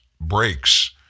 breaks